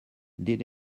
did